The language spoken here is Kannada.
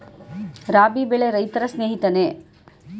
ರಾಬಿ ಬೆಳೆ ರೈತರ ಸ್ನೇಹಿತನೇ?